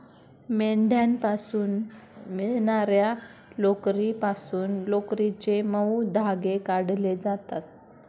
मेंढ्यांपासून मिळणार्या लोकरीपासून लोकरीचे मऊ धागे काढले जातात